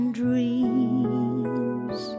dreams